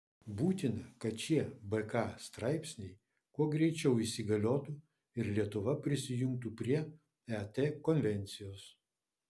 būtina kad šie bk straipsniai kuo greičiau įsigaliotų ir lietuva prisijungtų prie et konvencijos